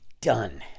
done